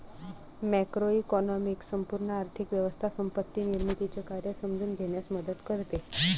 macroeconomics संपूर्ण आर्थिक व्यवस्था संपत्ती निर्मितीचे कार्य समजून घेण्यास मदत करते